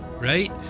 right